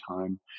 time